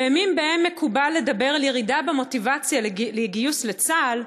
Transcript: בימים שבהם מקובל לדבר על ירידה במוטיבציה להתגייס לצה"ל,